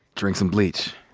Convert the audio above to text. drink some bleach.